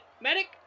Medic